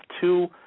two